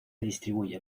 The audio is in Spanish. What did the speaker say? distribuye